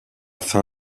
faim